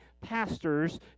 pastors